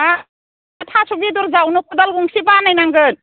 हा थास' बेदर जावनो खदाल गंसे बानाय नांगोन